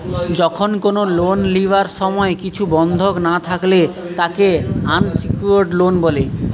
যখন কোনো লোন লিবার সময় কিছু বন্ধক না থাকলে তাকে আনসেক্যুরড লোন বলে